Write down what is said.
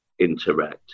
interact